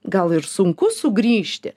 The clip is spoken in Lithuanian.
gal ir sunku sugrįžti